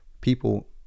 people